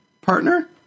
partner